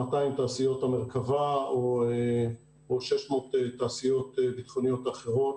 תעשיות המרכבה או 600 תעשיות ביטחוניות אחרות,